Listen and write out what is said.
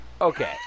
Okay